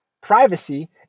Privacy